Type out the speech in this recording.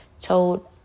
told